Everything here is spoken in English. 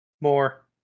More